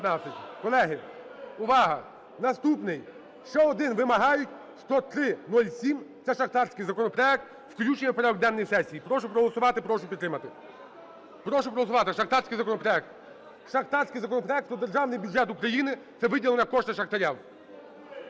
Колеги, увага! Наступний, ще один вимагають, 10307 - це шахтарський законопроект, включення у порядок денної сесії. Прошу проголосувати, прошу підтримати. Прошу проголосувати шахтарський законопроект. Шахтарський законопроект про Державний бюджет України, це виділення коштів шахтарям.